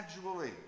gradually